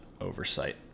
oversight